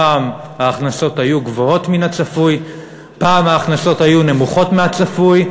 פעם ההכנסות היו גבוהות מן הצפוי ופעם ההכנסות היו נמוכות מהצפוי.